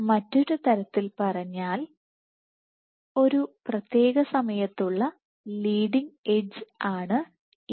മറ്റൊരു തരത്തിൽ പറഞ്ഞാൽ ഒരു പ്രത്യേക സമയത്തുള്ള ലീഡിങ് എഡ്ജ് ആണ് ഇത്